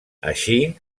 així